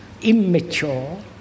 immature